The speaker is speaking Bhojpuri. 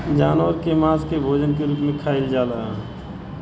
जानवर के मांस के भोजन के रूप में खाइल जाला